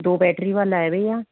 दो बैटरी वाला है भैया